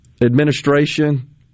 administration